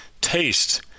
taste